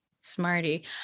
Smarty